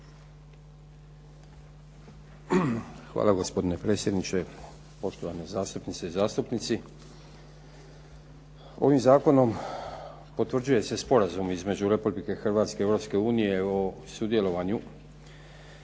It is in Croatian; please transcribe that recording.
Hvala. Gospodine predsjedniče, poštovane zastupnice i zastupnici. Ovim zakonom potvrđuje se Sporazum između Republike Hrvatske i Europske unije o sudjelovanju